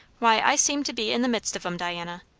why, i seem to be in the midst of em, diana.